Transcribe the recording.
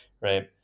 Right